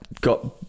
got